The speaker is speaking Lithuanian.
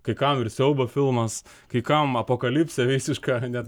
kai kam ir siaubo filmas kai kam apokalipsė visiška net